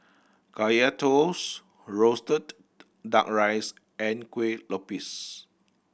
Kaya Toast roasted Duck Rice and Kueh Lopes